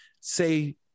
say